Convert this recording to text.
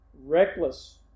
reckless